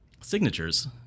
signatures